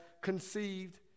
conceived